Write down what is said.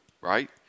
Right